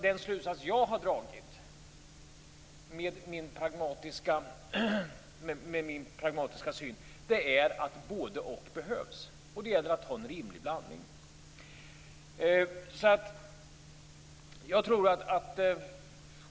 Den slutsats som jag har dragit, med min pragmatiska syn, är att bådadera behövs och att det gäller att ha en rimlig blandning.